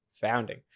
Founding